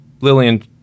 Lillian